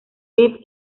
reeves